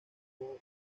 tocó